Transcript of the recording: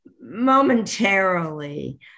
Momentarily